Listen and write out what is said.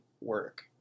work